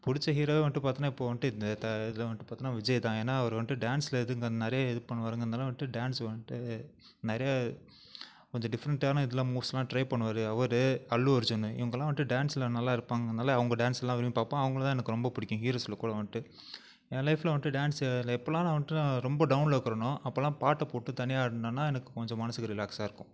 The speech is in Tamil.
பிடிச்ச ஹீரோவே வந்துட்டு பார்த்தோன்னா இப்போது வந்துட்டு இந்த த இதில் வந்துட்டு பார்த்தோன்னா விஜய் தான் ஏன்னால் அவர் வந்துட்டு டான்ஸ்சில் இது இந்த நிறைய இது பண்ணுவாருங்கிறனால் வந்துட்டு டான்ஸ்ஸு வந்துட்டு நிறைய கொஞ்சம் டிஃப்ரெண்ட்டான இதெல்லாம் மூவ்ஸ்செல்லாம் ட்ரை பண்ணுவார் அவர் அல்லுஅர்ஜுன் இவங்கள்லாம் வந்துட்டு டான்ஸ்சில் நல்லா இருப்பாங்கனால் அவங்க டான்ஸ்லெல்லாம் விரும்பி பார்ப்பேன் அவங்கள தான் எனக்கு ரொம்ப பிடிக்கும் ஹீரோஸ்சில் கூட வந்துட்டு என் லைஃப்பில் வந்துட்டு டான்ஸ்ஸில் எப்போவெல்லாம் நான் வந்துட்டு ரொம்ப டௌனில் இருக்கிறனோ அப்பெல்லாம் பாட்டை போட்டு தனியாக ஆடினேன்னா எனக்கு கொஞ்சம் மனதுக்கு ரிலாக்ஸாக இருக்கும்